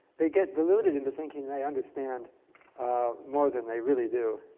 they get deluded into thinking they understand more than they really do.